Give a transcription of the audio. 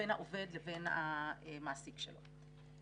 בין העובד לבין המעסיק שלו.